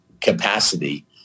capacity